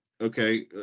okay